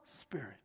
spirit